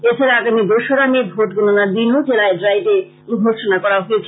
এছাড়া আগামী দোশরা মে ভোট গণনার দিনও জেলায় ড্রাই ডে ঘোষনা করা হয়েছে